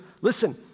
listen